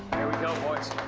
we go, boys.